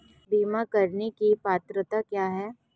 बीमा करने की पात्रता क्या है?